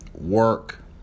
work